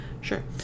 Sure